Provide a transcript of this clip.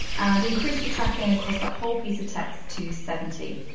and increase the tracking across that whole piece of text to seventy.